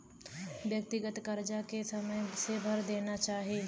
व्यक्तिगत करजा के समय से भर देना चाही